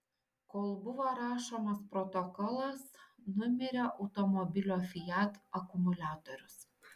kol buvo rašomas protokolas numirė automobilio fiat akumuliatorius